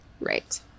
right